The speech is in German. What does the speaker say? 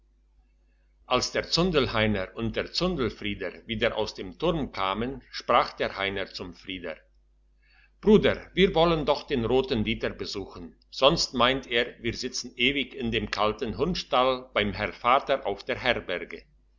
als der zundelheiner und der zundelfrieder wieder aus dem turn kamen sprach der heiner zum frieder bruder wir wollen doch den roten dieter besuchen sonst meint er wir sitzen ewig in dem kalten hundsstall beim herr vater auf der herberge